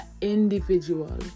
individual